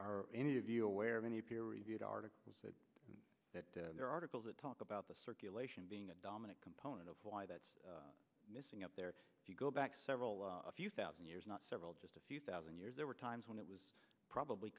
are any of you aware of any peer reviewed articles that there are articles that talk about the circulation being a dominant component of why that's missing out there you go back several a few thousand years not several just a few thousand years there were times when it was probably